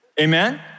Amen